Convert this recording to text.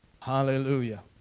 Hallelujah